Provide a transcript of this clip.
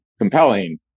Compelling